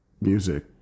music